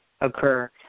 occur